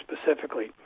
specifically